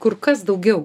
kur kas daugiau